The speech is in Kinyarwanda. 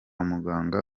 muganga